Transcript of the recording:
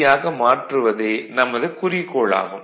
யாக மாற்றுவதே நமது குறிக்கோள் ஆகும்